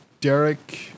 Derek